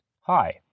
Hi